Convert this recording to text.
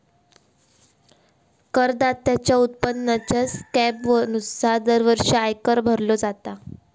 करदात्याच्या उत्पन्नाच्या स्लॅबनुसार दरवर्षी आयकर भरलो जाता